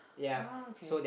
ah okay